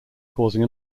causing